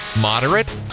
moderate